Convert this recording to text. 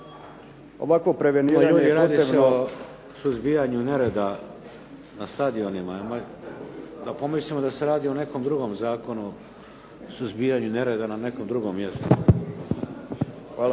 ovakvo preveniranje je potrebno